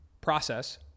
process